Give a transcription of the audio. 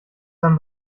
dann